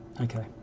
okay